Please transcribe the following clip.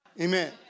Amen